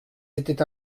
étaient